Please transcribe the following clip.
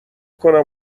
کنم